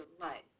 life